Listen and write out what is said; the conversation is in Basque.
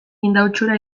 indautxura